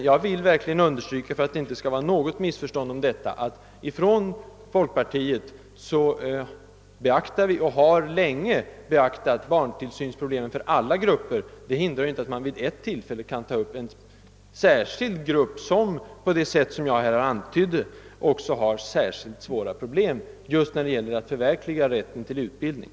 Jag vill verkligen understryka — för att det inte skall råda något missförstånd om detta — att vi inom folkpartiet beaktar och länge har beaktat barntillsynsproblemen för alla grupper. Det hindrar inte att man vid ett tillfälle kan ta upp en särskild grupp som har speciellt svåra problem, i detta fall — som jag antydde — just när det gäller att förverkliga rätten till utbildning.